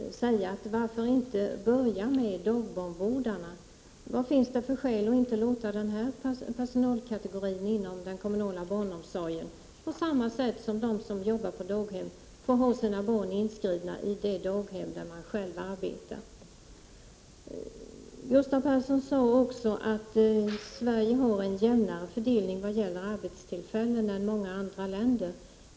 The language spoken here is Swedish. Varför inte börja med dagbarnvårdarna? Vad finns det för skäl att inte låta den personalkategorin inom den kommunala barnomsorgen, på samma sätt som de som jobbar på daghem, ha sina barn inskrivna i det daghem där man själv arbetar? Gustav Persson sade att Sverige har en jämnare arbetsfördelning när det gäller arbetstillfällen än många andra länder.